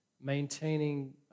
maintaining